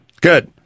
good